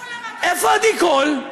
איפה עדי קול?